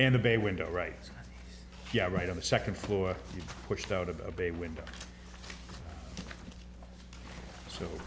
in the bay window right yeah right on the second floor pushed out of the bay window so